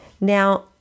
Now